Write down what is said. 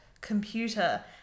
computer